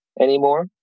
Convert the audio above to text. anymore